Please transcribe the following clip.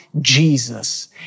Jesus